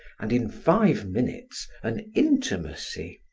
and in five minutes an intimacy,